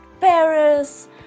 Paris